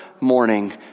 morning